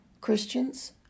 Christians